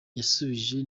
yasubije